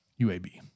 UAB